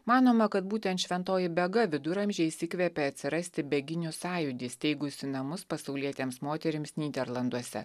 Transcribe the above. manoma kad būtent šventoji bega viduramžiais įkvėpė atsirasti beginių sąjūdį steigusį namus pasaulietėms moterims nyderlanduose